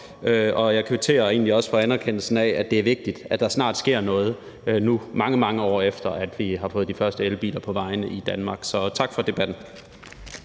og jeg kvitterer egentlig også for anerkendelsen af, at det er vigtigt, at der snart sker noget, nu her mange, mange år efter at vi har fået de første elbiler på vejene i Danmark. Så tak for debatten.